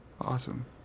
awesome